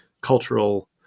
cultural